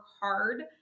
hard